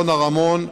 רונה רמון.